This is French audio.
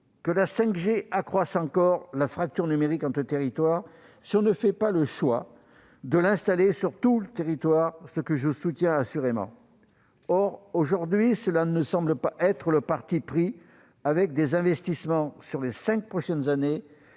que la 5G n'accroisse encore la fracture numérique entre les territoires, si nous ne faisons pas le choix de l'installer sur tout le territoire, ce que je soutiens assurément. Toutefois, aujourd'hui, cela ne semble pas être la solution envisagée : les investissements, sur les cinq prochaines années,